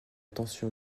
tension